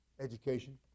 education